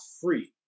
free